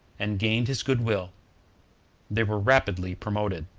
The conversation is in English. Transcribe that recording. and gained his good-will they were rapidly promoted.